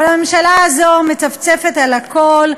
אבל הממשלה הזו מצפצפת על הכול.